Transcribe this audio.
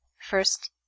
First